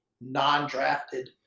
non-drafted